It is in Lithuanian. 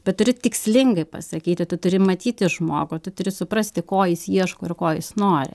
bet turi tikslingai pasakyti tu turi matyti žmogų tu turi suprasti ko jis ieško ir ko jis nori